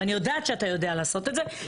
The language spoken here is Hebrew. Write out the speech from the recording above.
ואני יודעת שאתה יודע לעשות את זה.